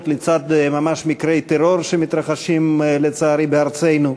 לצד מקרי טרור שמתרחשים לצערי בארצנו.